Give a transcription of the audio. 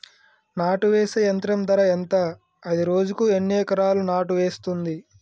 నాటు వేసే యంత్రం ధర ఎంత? అది రోజుకు ఎన్ని ఎకరాలు నాటు వేస్తుంది?